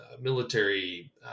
military